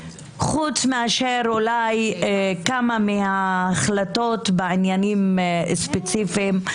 חוץ מאשר אולי כמה מההחלטות בעניינים ספציפיים,